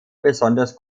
besonders